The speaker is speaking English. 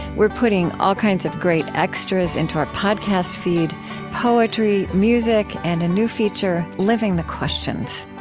we're putting all kinds of great extras into our podcast feed poetry, music, and a new feature living the questions.